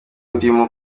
ndimo